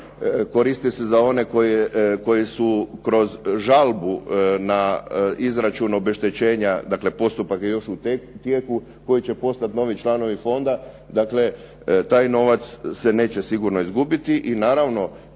Koristi se za one koji su kroz žalbu na izračun obeštećenja dakle postupak je još u tijeku, koji će postati novi članovi fonda. Dakle, taj novac se sigurno neće izgubiti. I naravno